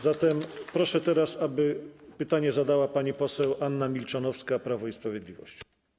Zatem proszę teraz, aby pytanie zadała pani poseł Anna Milczanowska, Prawo i Sprawiedliwość.